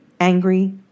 angry